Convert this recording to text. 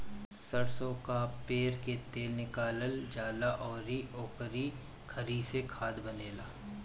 सरसो कअ पेर के तेल निकालल जाला अउरी ओकरी खरी से खाद बनेला